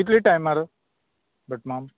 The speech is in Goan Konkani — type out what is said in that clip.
कितले टायमार भट माम